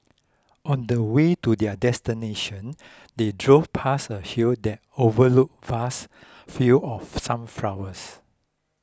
on the way to their destination they drove past a hill that overlooked vast fields of sunflowers